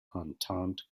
entente